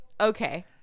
okay